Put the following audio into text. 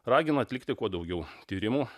ragina atlikti kuo daugiau tyrimų